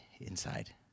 inside